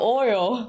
oil